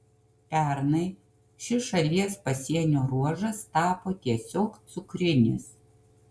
pernai šis šalies pasienio ruožas tapo tiesiog cukrinis